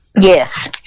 Yes